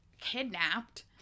kidnapped